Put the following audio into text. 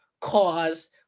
cause